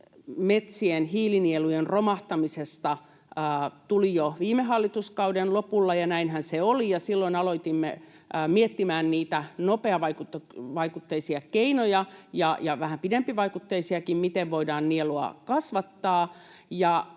metsien hiilinielujen romahtamisesta tuli jo viime hallituskauden lopulla, ja näinhän se oli. Silloin aloimme miettimään niitä nopeavaikutteisia keinoja ja vähän pidempivaikutteisiakin, miten voidaan nielua kasvattaa.